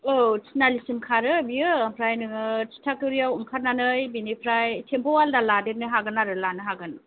औ थिनालिसिम खारो बेयो ओमफ्राय नोङो थिथागुरियाव ओंखारनानै बेनिफ्राय टेम्फु आलादा लादेरनो हागोन आरो लानो हागोन